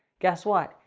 guess what?